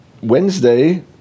wednesday